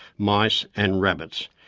mice and rabbits.